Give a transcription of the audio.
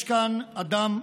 יש כאן אדם,